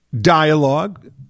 dialogue